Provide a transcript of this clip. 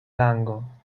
lango